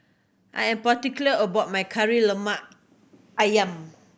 I am particular about my Kari Lemak Ayam